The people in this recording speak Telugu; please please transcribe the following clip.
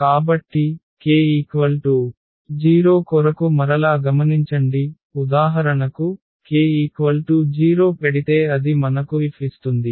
కాబట్టి k0 కొరకు మరలా గమనించండి ఉదాహరణకు k 0 పెడితే అది మనకు F ఇస్తుంది